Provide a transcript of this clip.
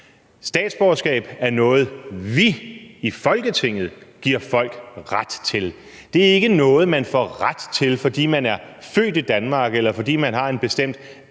statsborgerskab er noget, vi i Folketinget giver folk ret til. Det er ikke noget, man får ret til, fordi man er født i Danmark, eller fordi man har en bestemt